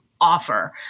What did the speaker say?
offer